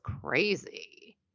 crazy